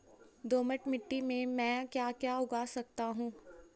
दोमट मिट्टी में म ैं क्या क्या उगा सकता हूँ?